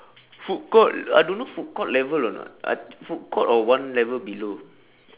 food court I don't know food court level or not I food court or one level below